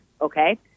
okay